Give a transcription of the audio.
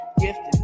gifted